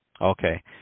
Okay